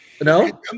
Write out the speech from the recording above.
No